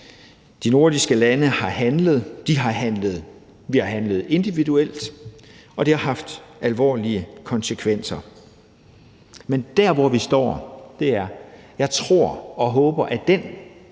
De nordiske lande har handlet. Vi har handlet individuelt. Og det har haft alvorlige konsekvenser. Men vi står, hvor jeg tror og håber at den